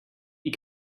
you